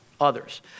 others